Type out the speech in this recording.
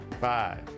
Five